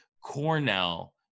Cornell